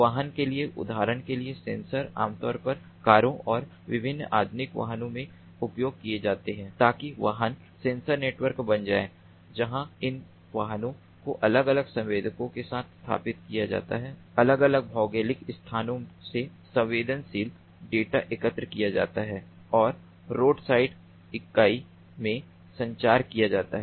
वाहनों के लिए उदाहरण के लिए सेंसर आमतौर पर कारों और विभिन्न आधुनिक वाहनों में उपयोग किए जाते हैं ताकि वाहन सेंसर नेटवर्क बन जाए जहां इन वाहनों को अलग अलग संवेदकों के साथ स्थापित किया जाता है अलग अलग भौगोलिक स्थानों से संवेदनशील डेटा एकत्र किया जाता है और रोडसाइड इकाई में संचारित किया जाता है